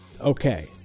Okay